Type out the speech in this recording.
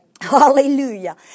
Hallelujah